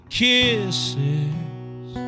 kisses